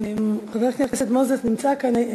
חבר הכנסת מוזס נמצא כאן.